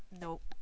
nope